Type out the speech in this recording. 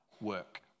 work